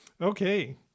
Okay